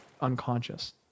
unconscious